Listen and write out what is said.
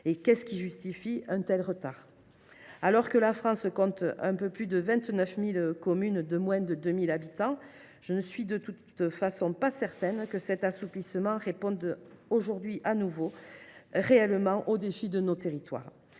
Comment justifier un tel retard ? Alors que la France compte un peu plus de 29 000 communes de moins de 2 000 habitants, je ne suis de toute façon pas certaine que cet assouplissement réponde réellement aux défis de nos territoires.